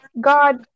God